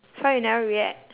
so why you never react